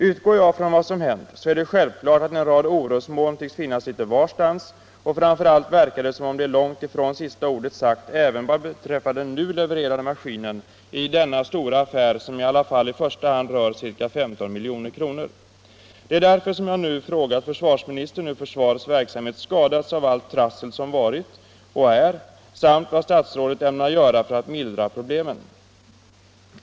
Utgår jag från vad som hänt är det självklart att en rad orosmoln tycks finnas litet varstans, och framför allt verkar det som om långt ifrån sista ordet är sagt även vad beträffar den nu levererade maskinen i denna stora affär, som i alla fall i första hand rör sig om ca 15 milj.kr. Det är därför som jag nu frågat försvarsministern hur försvarets verksamhet skadats av allt trassel som varit och är samt vad statsrådet ämnar göra för att mildra problemen.